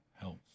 helps